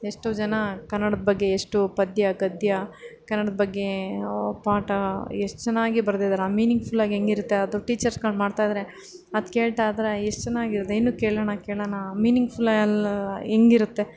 ಎಷ್ಟೋ ಜನ ಕನ್ನಡದ ಬಗ್ಗೆ ಎಷ್ಟು ಪದ್ಯ ಗದ್ಯ ಕನ್ನಡದ ಬಗ್ಗೆ ಪಾಠ ಎಷ್ಟು ಚೆನ್ನಾಗಿ ಬರೆದಿದ್ದಾರೆ ಆ ಮೀನಿಂಗ್ ಫುಲ್ಲಾಗಿ ಹೆಂಗಿರುತ್ತೆ ಅದು ಟೀಚರ್ಸ್ಗಳು ಮಾಡ್ತಾಯಿದ್ದರೆ ಅದು ಕೇಳ್ತಾಯಿದ್ದರೆ ಎಷ್ಟು ಚೆನ್ನಾಗಿರುತ್ತೆ ಇನ್ನು ಕೇಳೋಣಾ ಕೇಳೋಣಾ ಮೀನಿಂಗ್ ಫುಲ್ಲಾ ಹೆಂಗಿರುತ್ತೆ